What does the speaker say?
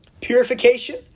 Purification